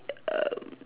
erm